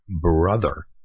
brother